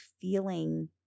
feeling